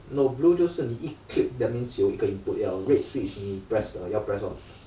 no blue 就是你一 click that means 有一个 input liao red switch 你 press the 要 press lor